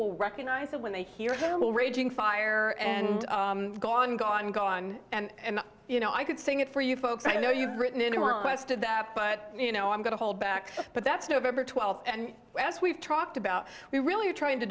will recognize it when they hear the raging fire and go on go on go on and you know i could sing it for you folks i know you've written in the west of that but you know i'm going to hold back but that's november twelfth and as we've talked about we really are trying to